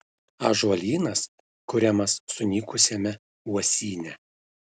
ąžuolynas kuriamas sunykusiame uosyne